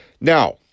Now